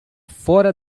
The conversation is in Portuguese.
fora